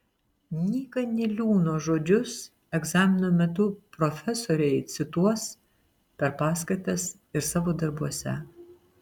nyka niliūno žodžius egzamino metu profesoriai cituos per paskaitas ir savo darbuose